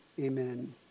Amen